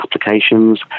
applications